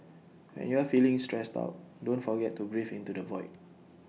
when you are feeling stressed out don't forget to breathe into the void